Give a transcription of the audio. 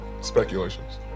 speculations